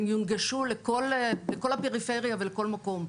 הם יונגשו לכל הפריפריה ולכל מקום,